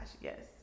Yes